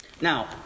Now